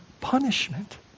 punishment